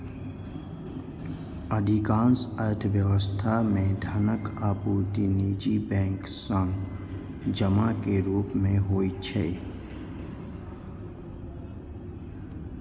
अधिकांश अर्थव्यवस्था मे धनक आपूर्ति निजी बैंक सं जमा के रूप मे होइ छै